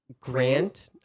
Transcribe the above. Grant